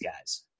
guys